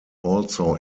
also